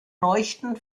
leuchten